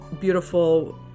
beautiful